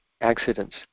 accidents